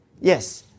yes